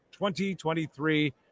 2023